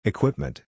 Equipment